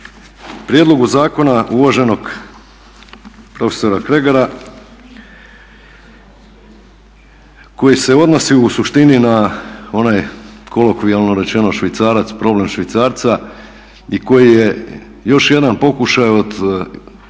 prijedlogu zakona uvaženog profesora Kregara koji se odnosi u suštini na onaj, kolokvijalno rečeno švicarac, problem švicarca i koji je još jedan pokušaj ispravljanja